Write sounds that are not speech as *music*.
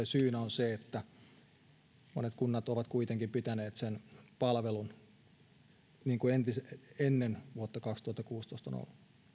*unintelligible* syynä on tosiaan se että monet kunnat ovat kuitenkin pitäneet sen palvelun niin kuin ennen vuotta kaksituhattakuusitoista on ollut